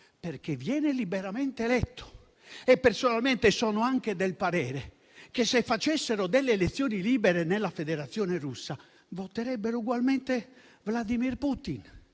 perché viene liberamente eletto. Personalmente, sono anche del parere che, se facessero elezioni libere nella Federazione Russa, voterebbero ugualmente Vladimir Putin;